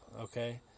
okay